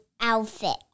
outfit